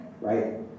Right